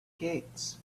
gates